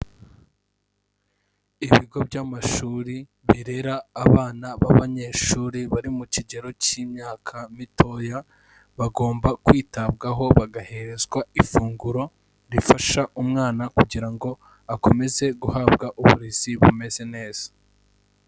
Ibigo by'amashuri birera abana b'abanyeshuri bari mu kigero cy'imyaka mitoya, bagomba kwitabwaho bagaherezwa ifunguro rifasha umwana kugira ngo akomeze guhabwa uburezi bumeze neza.